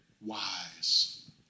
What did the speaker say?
wise